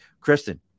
Kristen